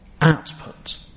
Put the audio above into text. output